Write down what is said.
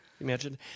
imagine